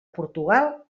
portugal